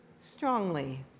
strongly